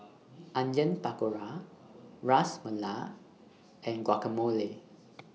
Onion Pakora Ras Malai and Guacamole